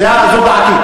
זו דעתי.